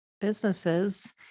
businesses